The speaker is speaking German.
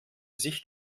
sich